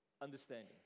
understanding